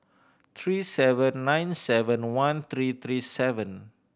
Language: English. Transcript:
three seven nine seven one three three seven